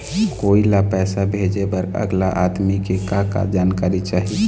कोई ला पैसा भेजे बर अगला आदमी के का का जानकारी चाही?